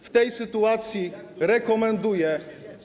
W tej sytuacji rekomenduję.